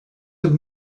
have